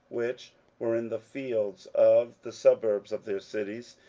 which were in the fields of the suburbs of their cities,